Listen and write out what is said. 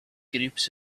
groups